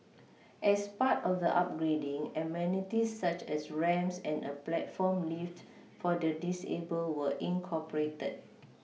as part of the upgrading amenities such as ramps and a platform lift for the disabled were incorporated